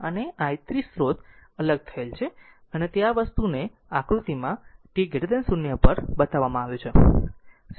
અને i 3 સ્ત્રોત અલગ થયેલ છે અને તે આ વસ્તુને આકૃતિમાં t 0 પર બતાવવામાં આવ્યું છે સ્વીચ ઓપન છે